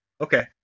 Okay